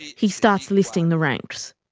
he starts listing the ranks.